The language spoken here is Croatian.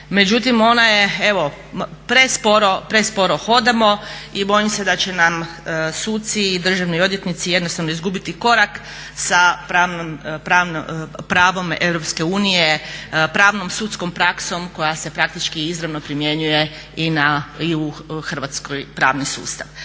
međutim ona je evo presporo hodamo i bojim se da će nam suci i državni odvjetnici jednostavno izgubiti korak sa pravom Europske unije, pravnom sudskom praksom koja se praktički izravno primjenjuje i u hrvatski pravni sustav.